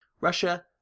Russia